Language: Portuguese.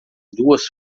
duas